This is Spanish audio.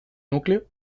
núcleo